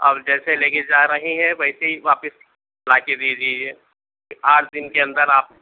اور جیسے لے کے جا رہی ہیں ویسے ہی واپس لا کے دے دیجیے دن کے اندر آپ